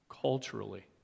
Culturally